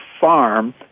Farm